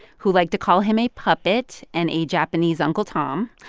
who like to call him a puppet and a japanese uncle tom,